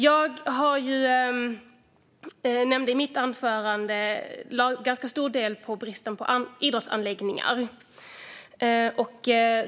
Jag ägnade en ganska stor del av mitt anförande åt bristen på idrottsanläggningar.